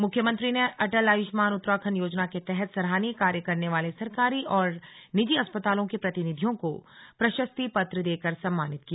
मुख्यमंत्री ने अटल आयुष्मान उत्तराखण्ड योजना के तहत सराहनीय कार्य करने वाले सरकारी और निजी अस्पतालों के प्रतिनिधियों को प्रशस्ति पत्र देकर सम्मानित किया